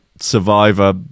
survivor